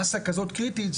במאסה כזאת קריטית,